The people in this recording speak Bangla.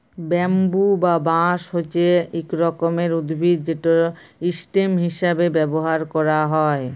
ব্যাম্বু বা বাঁশ হছে ইক রকমের উদ্ভিদ যেট ইসটেম হিঁসাবে ব্যাভার ক্যারা হ্যয়